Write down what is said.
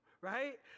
right